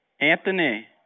Anthony